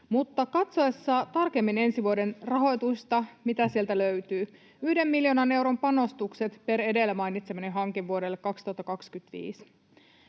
katsottaessa tarkemmin ensi vuoden rahoitusta, mitä sieltä löytyy? Yhden miljoonan euron panostukset per edellä mainitsemani hanke vuodelle 2025.